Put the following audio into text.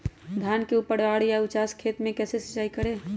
धान के ऊपरवार या उचास खेत मे कैसे सिंचाई करें?